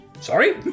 Sorry